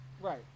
Right